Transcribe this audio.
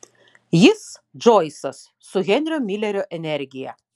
jis džoisas su henrio milerio energija